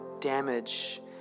damage